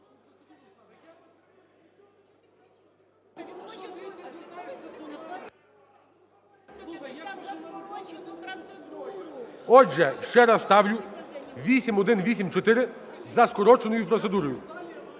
Отже, ще раз ставлю 8184 за скороченою процедурою.